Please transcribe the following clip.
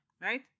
Right